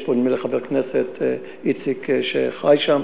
יש פה, נדמה לי, חבר כנסת, איציק, שחי שם.